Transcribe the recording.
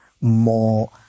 more